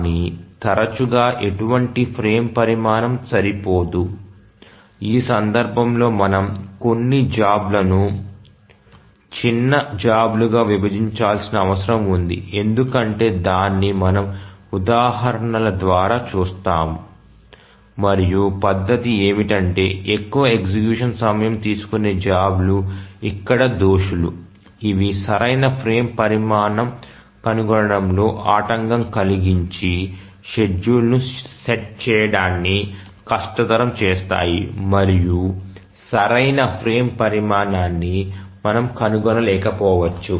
కానీ తరచుగా ఎటువంటి ఫ్రేమ్ పరిమాణం సరిపోదు ఆ సందర్భంలో మనము కొన్ని జాబ్ లను చిన్న జాబ్ లుగా విభజించాల్సిన అవసరం ఉంది ఎందుకంటే దాన్ని మనం ఉదాహరణల ద్వారా చూస్తాము మరియు పద్దతి ఏమిటంటే ఎక్కువ ఎగ్జిక్యూషన్ సమయం తీసుకునే జాబ్ లు ఇక్కడ దోషులు ఇవి సరైన ఫ్రేమ్ పరిమాణం కనుగొనడంలో ఆటంకం కలిగించి షెడ్యూల్ను సెట్ చేయడాన్ని కష్టతరం చేస్తాయి మరియు సరైన ఫ్రేమ్ పరిమాణాన్ని మనము కనుగొనలేకపోవచ్చు